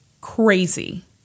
crazy